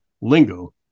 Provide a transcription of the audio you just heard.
Lingo